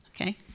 Okay